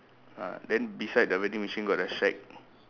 uh then beside the vending machine got the shack